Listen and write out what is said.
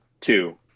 Two